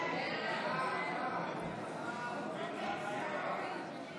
ההצעה להעביר את הצעת חוק התפזרות